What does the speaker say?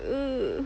!eww!